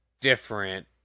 different